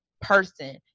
person